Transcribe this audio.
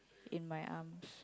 in my arms